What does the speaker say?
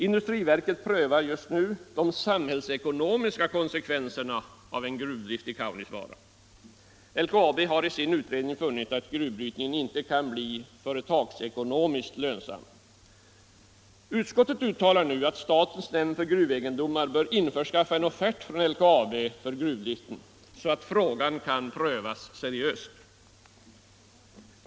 Industriverket prövar just nu de samhällsekonomiska konsekvenserna av en gruvdrift i Kaunisvaara. LKAB har i sin utredning funnit att gruvbrytningen inte kan bli företagsekonomiskt lönsam. Utskottet uttalar nu att statens nämnd för gruvegendomar bör införskaffa en offert från LKAB för gruvdriften, så att frågan kan prövas seriöst.